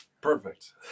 Perfect